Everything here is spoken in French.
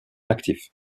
actif